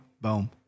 Boom